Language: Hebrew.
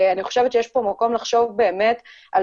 אני חושבת שיש פה מקום לחשוב באמת על